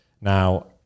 now